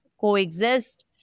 coexist